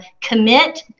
commit